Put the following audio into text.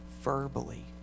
verbally